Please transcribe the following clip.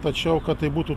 tačiau kad tai būtų